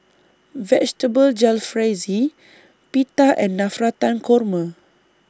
Vegetable Jalfrezi Pita and Navratan Korma